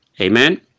Amen